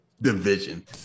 division